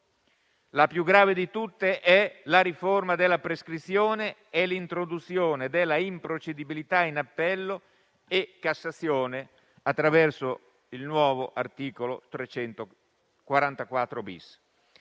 La più grave di tutte è la riforma della prescrizione e l'introduzione dell'improcedibilità in appello e in Cassazione, attraverso il nuovo articolo 344-*bis*,